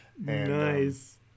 nice